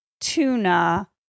tuna